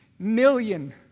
million